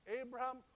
Abraham